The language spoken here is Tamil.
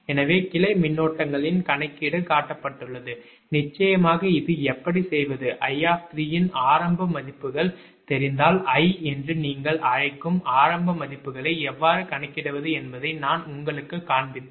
எனவே கிளை மின்னோட்டங்களின் கணக்கீடு காட்டப்பட்டுள்ளது நிச்சயமாக இதை எப்படி செய்வது 𝐼 இன் ஆரம்ப மதிப்புகள் தெரிந்தால் I என்று நீங்கள் அழைக்கும் ஆரம்ப மதிப்புகளை எவ்வாறு கணக்கிடுவது என்பதை நான் உங்களுக்குக் காண்பித்தேன்